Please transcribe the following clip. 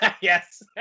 Yes